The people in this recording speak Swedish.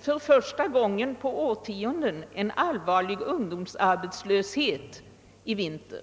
för första gången på årtionden med en allvarlig ungdomsarbetslöshet i vinter.